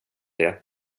det